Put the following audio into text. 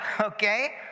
okay